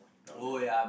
louder